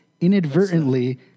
inadvertently